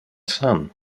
son